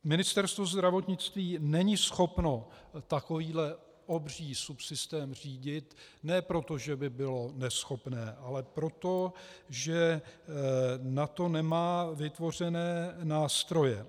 Ministerstvo zdravotnictví není schopno takovýto obří subsystém řídit, ne proto, že by bylo neschopné, ale proto, že na to nemá vytvořené nástroje.